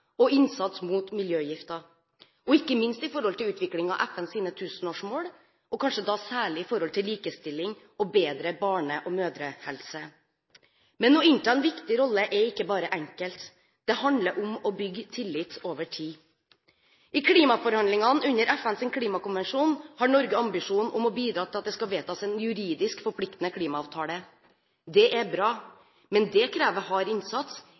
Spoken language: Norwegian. ressurser, innsats mot miljøgifter, og ikke minst utviklingen av FNs tusenårsmål, og kanskje særlig likestilling og bedre barne- og mødrehelse. Men å innta en viktig rolle er ikke bare enkelt. Det handler om å bygge tillit over tid. I klimaforhandlingene under FNs klimakonvensjon har Norge ambisjon om å bidra til at det skal vedtas en juridisk forpliktende klimaavtale. Det er bra, men det krever hard innsats,